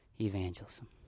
evangelism